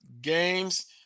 games